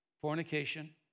fornication